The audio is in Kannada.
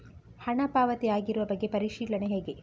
ಹಣ ಪಾವತಿ ಆಗಿರುವ ಬಗ್ಗೆ ಪರಿಶೀಲನೆ ಹೇಗೆ?